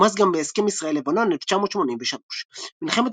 אומץ גם בהסכם ישראל-לבנון 1983. מלחמת